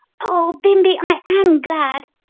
oh, bimbi, i am glad!